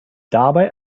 dabei